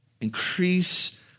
Increase